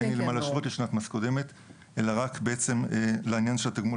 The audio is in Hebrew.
אין לי מה להשוות לשנת המס הקודמת אלא רק לעניין של התגמול